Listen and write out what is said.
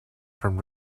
from